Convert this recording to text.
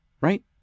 right